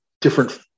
different